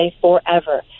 forever